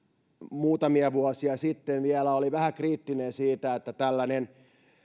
muutamia vuosia sitten vielä oli vähän kriittinen sen suhteen että tällainen